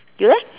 you leh